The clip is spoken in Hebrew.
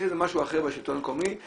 יש איזה משהו אחר בשלטון המקומי,